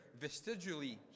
vestigially